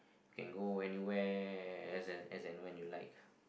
you can go anywhere as and as and when you like